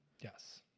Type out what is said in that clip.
Yes